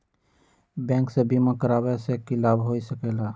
Bank से बिमा करावे से की लाभ होई सकेला?